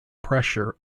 pressure